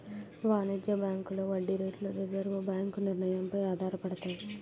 వాణిజ్య బ్యాంకుల వడ్డీ రేట్లు రిజర్వు బ్యాంకు నిర్ణయం పై ఆధారపడతాయి